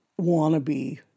wannabe